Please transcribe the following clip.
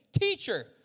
Teacher